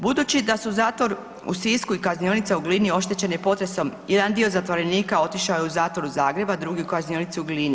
Budući da su zatvor u Sisku i kaznionica u Glini oštećeni potresom jedan dio zatvorenika otišao je u zatvor u Zagreb, a drugi u kaznionicu u Glini.